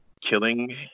killing